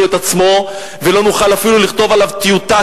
את עצמו ולא נוכל אפילו לכתוב עליו טיוטה,